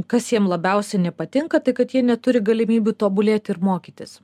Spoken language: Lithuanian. kas jiem labiausiai nepatinka tai kad jie neturi galimybių tobulėt ir mokytis